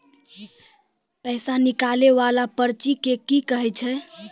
पैसा निकाले वाला पर्ची के की कहै छै?